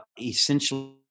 essentially